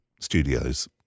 studios